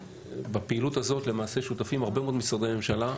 בפעילות הזאת למעשה שותפים הרבה מאוד משרדי ממשלה,